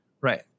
right